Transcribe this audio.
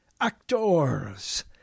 actors